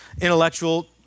intellectual